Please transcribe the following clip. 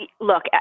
Look